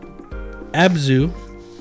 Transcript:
Abzu